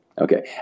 Okay